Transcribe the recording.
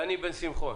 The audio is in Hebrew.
דני בן שמחון.